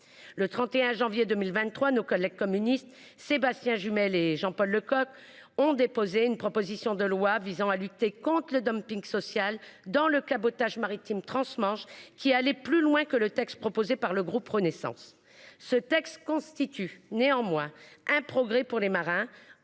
Le 31 janvier 2023, nos collègues députés communistes Sébastien Jumel et Jean-Paul Lecoq ont déposé une proposition de loi visant à lutter contre le dumping social dans le cabotage maritime transmanche, qui allait plus loin que le texte proposé par le groupe Renaissance. Ce dernier constitue néanmoins un progrès pour les marins